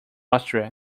austria